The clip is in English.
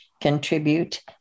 contribute